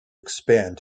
expand